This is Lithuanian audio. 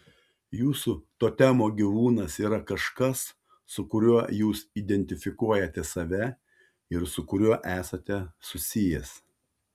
jūsų totemo gyvūnas yra kažkas su kuriuo jūs identifikuojate save ir su kuriuo esate susijęs